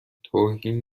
توهین